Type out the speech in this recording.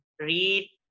read